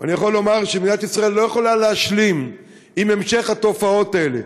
ואני יכול לומר שמדינת ישראל לא יכולה להשלים עם המשך התופעות האלה.